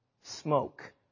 smoke